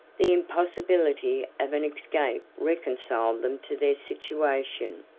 the impossibility of an escape reconciled them to their situation,